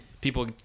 people